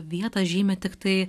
vietą žymi tiktai